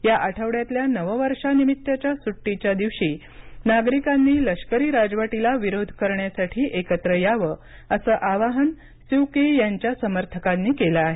या आठवड्यातल्या नववर्षानिमित्तच्या सुट्टीच्या दिवशी नागरिकांनी लष्करी राजवटीला विरोध करण्यासाठी एकत्र यावं असं आवाहन स्यू की यांच्या समर्थकांनी केलं आहे